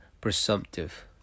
presumptive